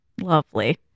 Lovely